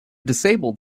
disabled